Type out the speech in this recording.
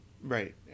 Right